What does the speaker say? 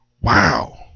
Wow